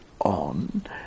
on